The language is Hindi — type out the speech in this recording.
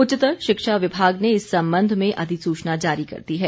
उच्चतर शिक्षा विभाग ने इस संबंध में अधिसूचना जारी कर दी है